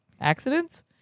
Accidents